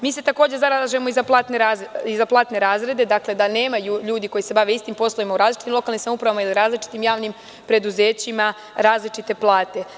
Mi se takođe zalažemo i za platne razrede, dakle da nemaju ljudi koji se bavi istim poslovima u različitim lokalnim samoupravama i na različitim preduzećima, različite plate.